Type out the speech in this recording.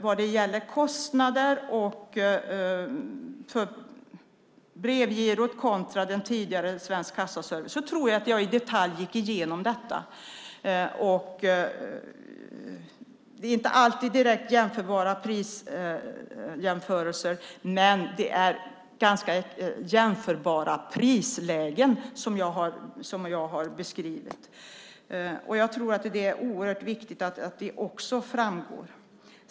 Vad gäller kostnader för girot kontra Svensk Kassaservice gick jag i detalj igenom detta. Det är inte alltid direkt jämförbara priser, men det är ganska så jämförbara prislägen som jag har beskrivit. Det är viktigt att det framgår.